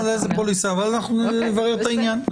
עוד נושא למעקב, ואנחנו נברר את העניין.